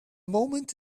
moment